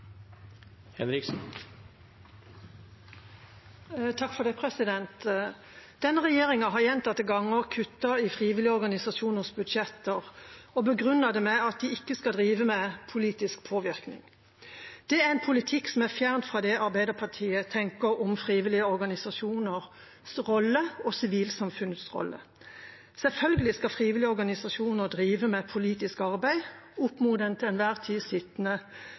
Denne regjeringa har gjentatte ganger kuttet i frivillige organisasjoners budsjetter og begrunnet det med at de ikke skal drive med politisk påvirkning. Det er en politikk som er fjernt fra det Arbeiderpartiet tenker om frivillige organisasjoners rolle og sivilsamfunnets rolle. Selvfølgelig skal frivillige organisasjoner drive med politisk arbeid opp mot den til enhver tid sittende